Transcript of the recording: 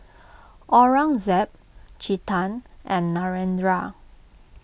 Aurangzeb Chetan and Narendra